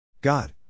God